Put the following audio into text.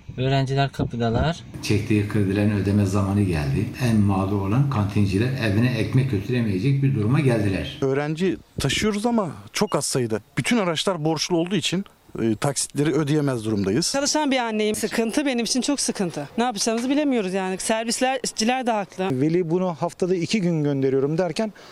Öğrenciler kapıdalar. Çektiği kredilerin ödeme zamanı geldi. En mağdur olan kantinciler evine ekmek götüremeyecek bir duruma geldiler. Öğrenci taşıyoruz ama çok az sayıda. Bütün araçlar borçlu olduğu için, e, taksitleri ödeyemez durumdayız. Çalışan bir anneyim. Sıkıntı benim için çok sıkıntı. Ne yapacağımızı bilemiyoruz yani. Servisler- işçiler de haklı. Veli bunu haftada iki gün gönderiyorum derken,